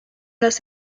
los